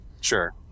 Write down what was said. Sure